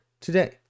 today